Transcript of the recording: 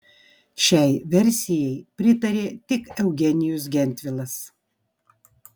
šiai versijai pritarė tik eugenijus gentvilas